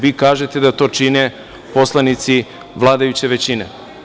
Vi kažete da to čine poslanici vladajuće većine.